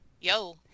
Yo